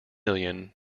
million